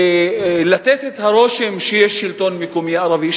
לתת את הרושם שיש שלטון מקומי ערבי?